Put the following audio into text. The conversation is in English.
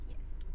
Yes